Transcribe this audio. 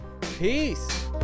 peace